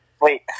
wait